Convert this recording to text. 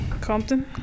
Compton